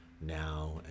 now